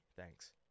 Thanks